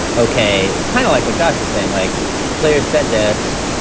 ok, kind of like what josh is saying, like the players said this.